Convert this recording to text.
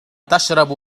تشرب